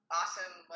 awesome